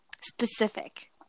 specific